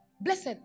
Blessed